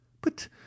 But